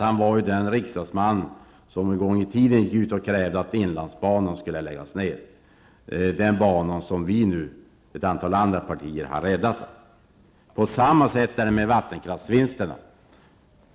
Han var den riksdagsman som en gång i tiden gick och krävde att inlandsbanan skulle läggas ned. Det är den bana som ett antal andra partier har räddat. Samma sak gäller vattenkraftsvinsterna.